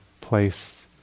place